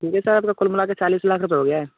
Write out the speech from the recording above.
ठीक है सर तो कुल मिलाकर चालीस लाख रुपये हो गए है